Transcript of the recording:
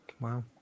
Wow